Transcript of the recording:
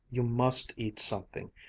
you must eat something.